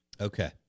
Okay